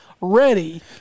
ready